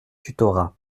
tutorat